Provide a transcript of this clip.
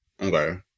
Okay